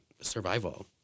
survival